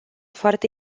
foarte